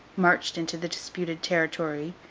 marched into the disputed territory,